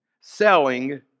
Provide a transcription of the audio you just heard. selling